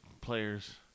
players